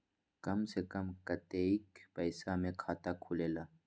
कम से कम कतेइक पैसा में खाता खुलेला?